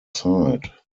side